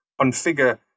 configure